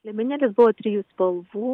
liemenėlės buvo trijų spalvų